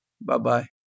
Bye-bye